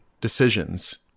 decisions